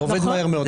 זה עובד מהר מאוד.